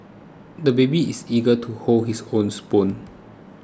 the baby is eager to hold his own spoon